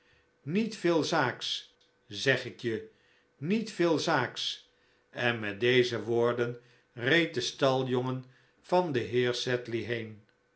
niet veel zaaks zeg ik je niet veel zaaks en met deze woorden reed de staljongen van den heer sedley hcen